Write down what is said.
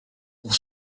pour